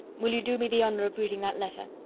will you do me the honour of reading that letter?